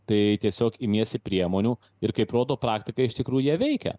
tai tiesiog imiesi priemonių ir kaip rodo praktika iš tikrų jie veikia